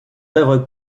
oeuvres